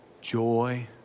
joy